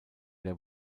der